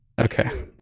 okay